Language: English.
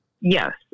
Yes